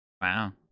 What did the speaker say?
Wow